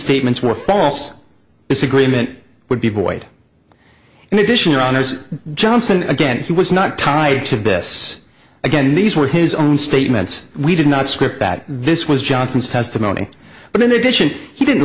statements were false this agreement would be void in addition runners johnson again he was not tied to bess again these were his own statements we did not script that this was johnson's testimony but in addition he didn't